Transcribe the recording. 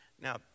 Now